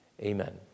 Amen